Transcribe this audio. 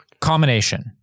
Combination